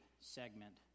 segment